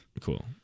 Cool